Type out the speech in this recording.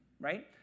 right